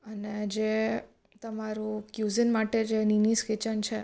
અને જે તમારું ક્યુઝિન માટે જે નિનિસ કિચન છે